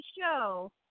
show